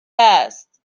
است